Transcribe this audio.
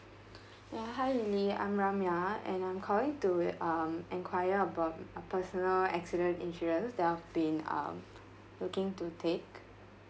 ya hi lily I'm ramia and I'm calling to um enquire about a personal accident insurance that I've been um looking to take